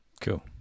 Cool